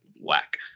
whack